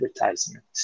advertisement